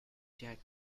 jack